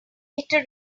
pattern